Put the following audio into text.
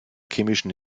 chemischen